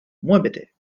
muévete